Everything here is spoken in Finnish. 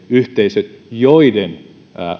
yhteisöjen joiden